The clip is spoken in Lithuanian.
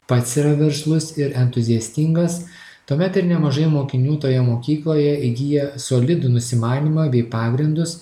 pats yra veržlus ir entuziastingas tuomet ir nemažai mokinių toje mokykloje įgija solidų nusimanymą bei pagrindus